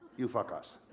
you fuck us.